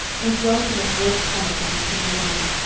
we dwelt in a great palace on the canaleio,